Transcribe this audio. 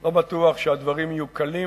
לא בטוח שהדברים יהיו קלים,